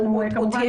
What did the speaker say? אנחנו כמובן נשפר.